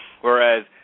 Whereas